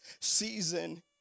season